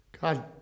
God